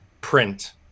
print